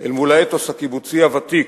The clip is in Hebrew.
אל מול האתוס הקיבוצי הוותיק,